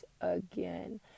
again